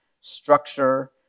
structure